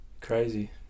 crazy